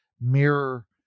mirror